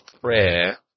prayer